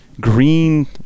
green